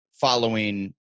following